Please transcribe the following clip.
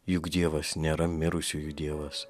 juk dievas nėra mirusiųjų dievas